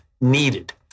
needed